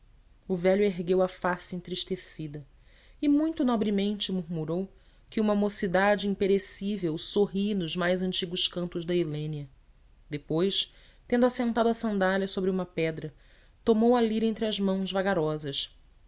o velho ergueu a face entristecida e muito nobremente murmurou que uma mocidade imperecível sorri nos mais antigos cantos da helênia depois tendo assentado a sandália sobre uma pedra tomou a lira entre as mãos vagarosas